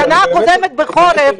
בשנה הקודמת בחורף,